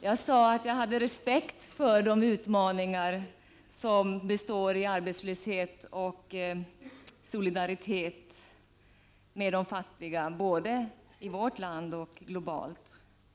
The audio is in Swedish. Jag sade att jag hade respekt för de utmaningar som består i arbetslöshet och solidaritet med de fattiga både i vårt land och globalt sett.